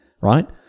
right